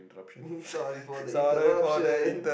sorry for the interruption